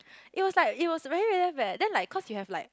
it was like it was very eh then like cause you have like